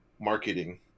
marketing